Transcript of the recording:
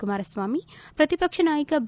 ಕುಮಾರಸ್ನಾಮಿ ಪ್ರತಿಪಕ್ಷ ನಾಯಕ ಬಿ